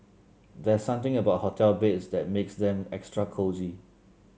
there's something about hotel beds that makes them extra cosy